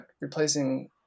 replacing –